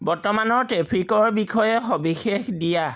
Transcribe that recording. বৰ্তমানৰ ট্ৰেফিকৰ বিষয়ে সবিশেষ দিয়া